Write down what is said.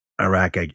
Iraq